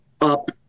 up